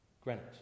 Greenwich